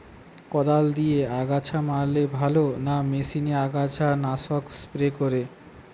কদাল দিয়ে আগাছা মারলে ভালো না মেশিনে আগাছা নাশক স্প্রে করে?